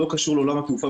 לא קשור לעולם התעופה,